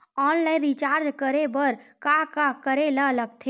Online recharge करे बर का का करे ल लगथे?